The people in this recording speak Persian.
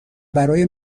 برای